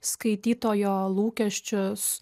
skaitytojo lūkesčius